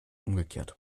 umgekehrt